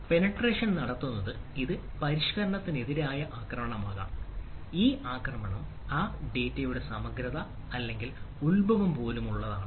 penetration നടത്തുന്നത് ഇത് പരിഷ്ക്കരണത്തിനെതിരായ ആക്രമണമാകാം ഈ ആക്രമണം ആ ഡാറ്റയുടെ സമഗ്രത അല്ലെങ്കിൽ ഉത്ഭവം പോലും ശരിയാണ്